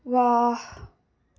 ವಾಹ್